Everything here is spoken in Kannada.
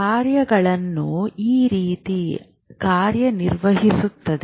ಕಾರ್ಯಗಳು ಈ ರೀತಿ ಕಾರ್ಯನಿರ್ವಹಿಸುತ್ತವೆ